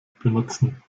benutzen